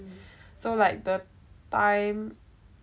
so like the time um